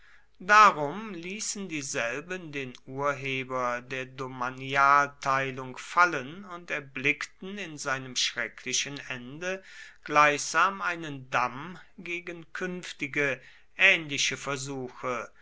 darum ließen dieselben den urheber der domanialteilung fallen und erblickten in seinem schrecklichen ende gleichsam einen damm gegen künftige ähnliche versuche